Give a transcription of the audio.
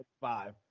Five